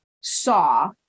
saw